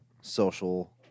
social